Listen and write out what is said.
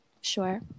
sure